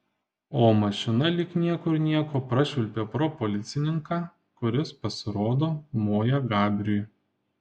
o mašina lyg niekur nieko prašvilpė pro policininką kuris pasirodo moja gabriui